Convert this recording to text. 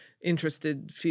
interested